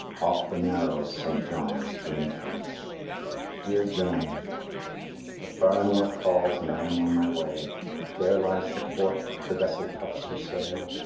off the narrows, st. john's june ten dear joan the far north calls and i am on my way there lies the port the vessel puffs her sail.